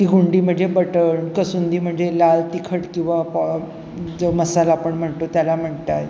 ती हुंडी म्हणजे बटण कसुंदी म्हणजे लाल तिखट किंवा प जो मसाला आपण म्हणतो त्याला म्हणतात